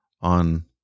on